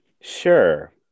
Sure